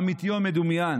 אמיתי או מדומיין,